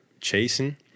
Chasing